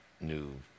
new